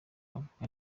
avuga